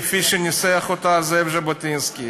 כפי שניסח אותה זאב ז'בוטינסקי.